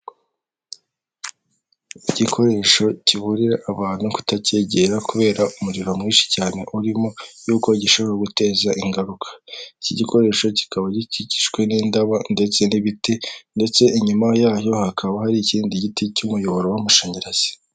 Igikoresho kiburira abantu kutacyegera kubera umuriro mwinshi cyane urimo yuko gishobora guteza ingaruka iki gikoresho kikaba gikikijwe n'indabo ndetse n'ibiti ndetse inyuma yayo hakaba hari ikindi giti cy'umuyoboro w'amashanyarazi .